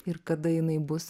ir kada jinai bus